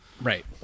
right